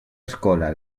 escola